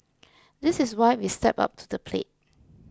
this is why we've stepped up to the plate